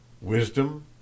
Wisdom